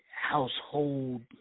household